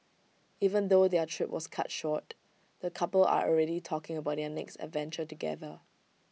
even though their trip was cut short the couple are already talking about their next adventure together